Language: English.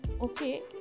okay